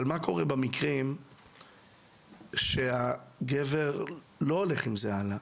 אבל מה קורה במקרים שהגבר לא הולך עם זה הלאה?